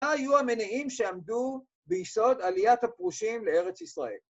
‫מה היו המניעים שעמדו ‫ביסוד עליית הפרושים לארץ ישראל?